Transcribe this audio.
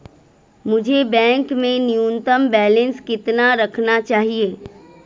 मुझे बैंक में न्यूनतम बैलेंस कितना रखना चाहिए?